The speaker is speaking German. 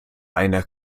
einer